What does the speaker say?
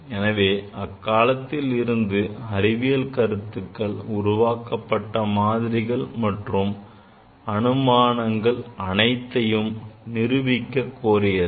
எனவே அக்காலத்தில் இருந்த அறிவியல் கருத்தியல்கள் உருவாக்கப்பட்ட மாதிரிகள் மற்றும் அனுமானங்கள் அனைத்தையும் நிரூபிக்க கோரியது